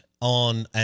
on